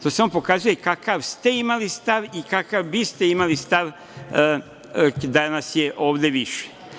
To samo pokazuje kakav ste imali stav i kakav biste imali stav da nas je ovde više.